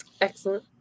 Excellent